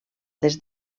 des